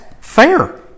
fair